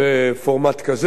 אם כי יש היום תוכנות,